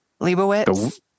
Leibowitz